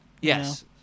yes